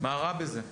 מה רע בזה?